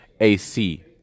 AC